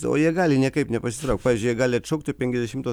o jie gali niekaip nepasitraukt pavyzdžiui jie gali atšaukti penkiasdešimto